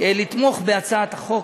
לתמוך בהצעת החוק.